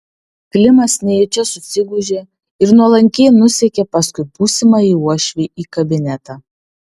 klimas nejučia susigūžė ir nuolankiai nusekė paskui būsimąjį uošvį į kabinetą